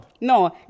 no